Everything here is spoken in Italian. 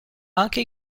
anche